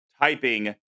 typing